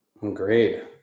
great